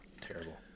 Terrible